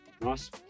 Nice